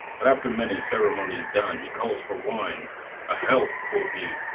but after many ceremonies done, he calls for wine a health quoth he,